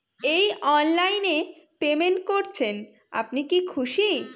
এই অনলাইন এ পেমেন্ট করছেন আপনি কি খুশি?